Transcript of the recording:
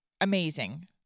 amazing